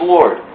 Lord